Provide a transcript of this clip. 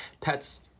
pets